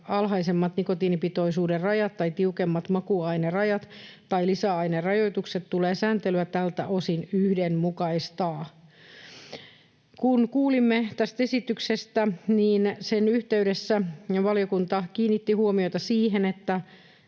alhaisemmat nikotiinipitoisuuden rajat tai tiukemmat makuainerajat tai lisäainerajoitukset, tulee sääntelyä tältä osin yhdenmukaistaa. Kun kuulimme tästä esityksestä, sen yhteydessä valiokunta kiinnitti huomiota siihen,